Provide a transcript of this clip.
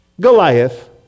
Goliath